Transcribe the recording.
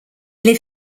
live